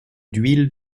d’huile